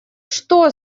что